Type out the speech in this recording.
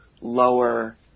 lower